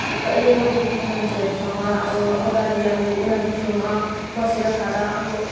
अब कहिले नदेखेको मान्छेहरूसँग अब अगाडि उनीहरूको छेउमा बसेर खाँदा अब